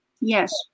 Yes